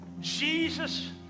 Jesus